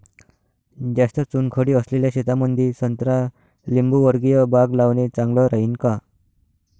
जास्त चुनखडी असलेल्या शेतामंदी संत्रा लिंबूवर्गीय बाग लावणे चांगलं राहिन का?